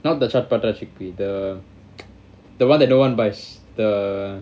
not the chatpatta crispy the the one that no one buys the